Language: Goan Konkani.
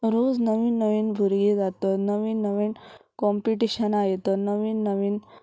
रोज नवीन नवीन भुरगीं जातत नवीन नवीन कोम्पिटिशनां येतत नवीन नवीन